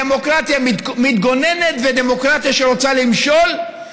דמוקרטיה מתגוננת ודמוקרטיה שרוצה למשול,